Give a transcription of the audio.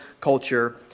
culture